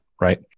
right